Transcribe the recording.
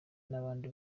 nabandi